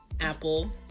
Apple